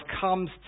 comes